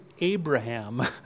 Abraham